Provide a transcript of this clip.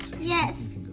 Yes